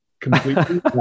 completely